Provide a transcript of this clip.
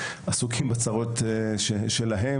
הם עסוקים בצרות שלהם,